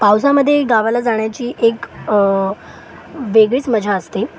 पावसामध्ये गावाला जाण्याची एक वेगळीच मजा असते